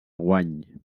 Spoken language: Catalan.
guany